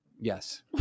Yes